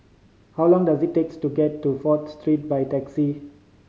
how long does it takes to get to Fourth Street by taxi